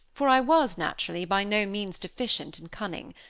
for i was, naturally, by no means deficient in cunning.